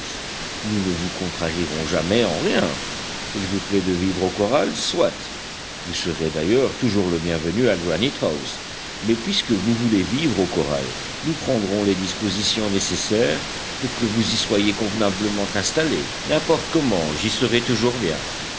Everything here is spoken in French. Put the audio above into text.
nous ne vous contrarierons jamais en rien il vous plaît de vivre au corral soit vous serez d'ailleurs toujours le bienvenu à granite house mais puisque vous voulez vivre au corral nous prendrons les dispositions nécessaires pour que vous y soyez convenablement installé n'importe comment j'y serai toujours bien